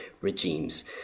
regimes